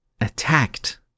attacked